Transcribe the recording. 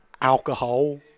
alcohol